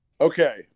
Okay